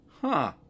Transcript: Huh